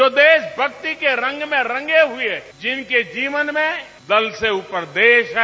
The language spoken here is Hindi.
जो देश के रंग में रंगे हुए हैं जिनके जीवन में दल से ऊपर देश है